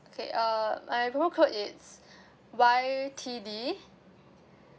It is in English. okay uh my promo code it's Y T D